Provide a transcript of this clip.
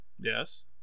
Yes